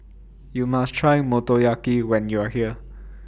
YOU must Try Motoyaki when YOU Are here